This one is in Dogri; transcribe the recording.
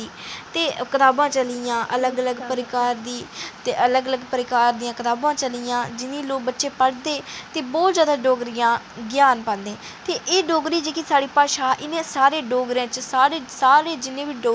ते कताबां चली दियां अलग अलग प्रकार दियां ते अलग अलग प्रकार दियां कताबां चली दियां जि'नें गी लोक बच्चे पढ़दे ते बहुत जैदा डोगरी दा ज्ञान पांदे ते एह् डोगरी जेह्की साढ़ी भाशा इ'नें सारें डोगरें च सारे सारे जिन्ने बी डोगरे न